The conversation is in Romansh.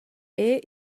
era